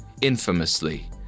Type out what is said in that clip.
Infamously